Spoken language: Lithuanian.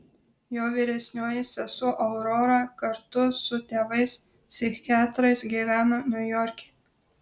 jo vyresnioji sesuo aurora kartu su tėvais psichiatrais gyveno niujorke